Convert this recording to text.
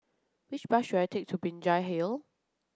which bus should I take to Binjai Hill